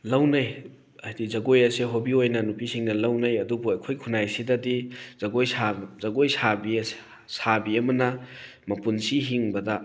ꯂꯧꯅꯩ ꯍꯥꯏꯗꯤ ꯖꯒꯣꯏ ꯑꯁꯦ ꯍꯣꯕꯤ ꯑꯣꯏꯅ ꯅꯨꯄꯤꯁꯤꯡꯅ ꯂꯧꯅꯩ ꯑꯗꯨꯕꯨ ꯑꯩꯈꯣꯏ ꯈꯨꯟꯅꯥꯏ ꯑꯁꯤꯗꯗꯤ ꯖꯒꯣꯏ ꯁꯥ ꯖꯒꯣꯏ ꯁꯥꯕꯤ ꯁꯥꯕꯤ ꯑꯃꯅ ꯃꯄꯨꯟꯁꯤ ꯍꯤꯡꯕꯗ